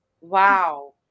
Wow